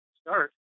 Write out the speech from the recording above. start